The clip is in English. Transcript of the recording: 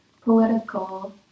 political